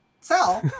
sell